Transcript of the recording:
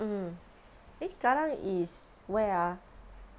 mm eh kallang is where ah